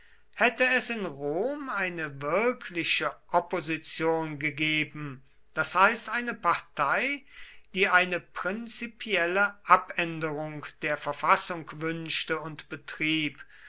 hätte es in rom eine wirkliche opposition gegeben das heißt eine partei die eine prinzipielle abänderung der verfassung wünschte und betrieb